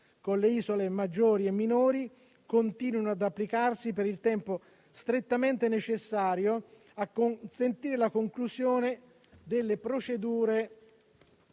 con le isole maggiori e minori, continuino ad applicarsi per il tempo strettamente necessario a consentire la conclusione delle procedure